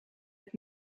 het